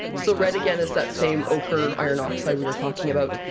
so red, again, is that same ochre iron oxide we were talking about.